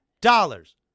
dollars